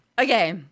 Okay